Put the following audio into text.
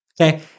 Okay